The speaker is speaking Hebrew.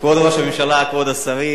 כבוד ראש הממשלה, כבוד השרים,